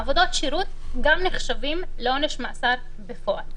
עבודות שירות גם נחשבות לעונש מאסר בפועל.